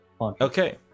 Okay